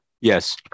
Yes